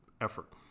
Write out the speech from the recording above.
effort